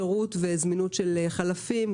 שירות וזמינות של חלפים.